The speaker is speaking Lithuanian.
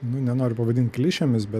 nu nenoriu pavadinti klišėmis bet